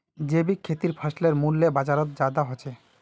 जैविक खेतीर फसलेर मूल्य बजारोत ज्यादा होचे